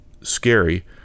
scary